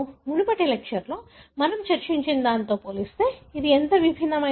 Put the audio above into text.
మునుపటి లెక్చర్లో మనం చర్చించిన దానితో పోలిస్తే ఇది ఎంత భిన్నమైనది